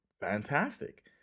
fantastic